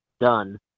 done